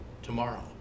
tomorrow